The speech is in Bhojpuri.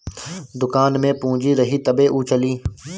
दुकान में पूंजी रही तबे उ चली